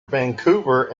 vancouver